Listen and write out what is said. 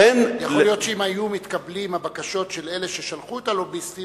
יכול להיות שאם היו מתקבלות הבקשות של אלה ששלחו את הלוביסטים